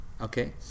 okay